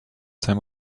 time